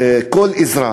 כל אזרח,